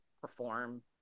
perform